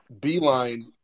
beeline